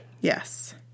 Yes